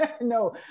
no